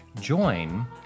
join